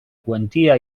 quantia